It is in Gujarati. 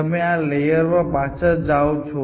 તમે તેને 150 અથવા કોઈ અલગ મૂલ્ય સાથે બદલી શકો છો